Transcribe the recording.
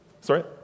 Sorry